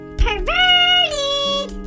perverted